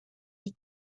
hit